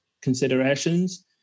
considerations